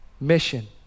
mission